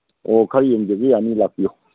ꯑꯣ ꯈꯔ ꯌꯦꯡꯖꯒꯦ ꯌꯥꯅꯤ ꯂꯥꯛꯄꯤꯌꯨ